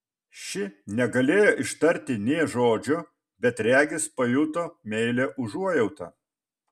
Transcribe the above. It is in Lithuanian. ši negalėjo ištarti nė žodžio bet regis pajuto meilią užuojautą